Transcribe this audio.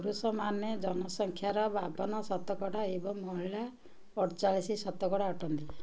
ପୁରୁଷମାନେ ଜନସଂଖ୍ୟାର ବାଉନ ଶତକଡ଼ା ଏବଂ ମହିଳା ଅଡ଼ଚାଳିଶି ଶତକଡ଼ା ଅଟନ୍ତି